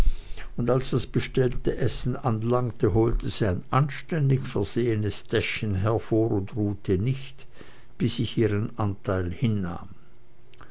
und als das bestellte essen anlangte holte sie ein anständig versehenes täschchen hervor und ruhte nicht bis ich ihren anteil hinnahm